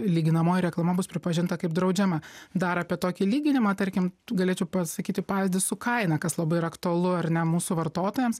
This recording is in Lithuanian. lyginamoji reklama bus pripažinta kaip draudžiama dar apie tokį lyginimą tarkim galėčiau pasakyti pavyzdį su kaina kas labai yra aktualu ar ne mūsų vartotojams